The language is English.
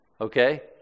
Okay